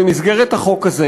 במסגרת החוק הזה,